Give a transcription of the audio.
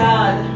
God